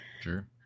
Sure